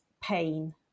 pain